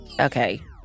Okay